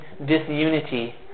disunity